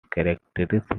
characteristics